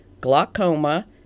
glaucoma